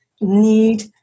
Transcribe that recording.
need